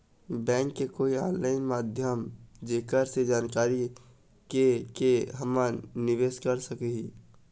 Bank के कोई online माध्यम जेकर से जानकारी के के हमन निवेस कर सकही?